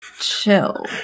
chill